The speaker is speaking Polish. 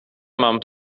mam